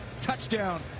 touchdown